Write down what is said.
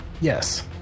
Yes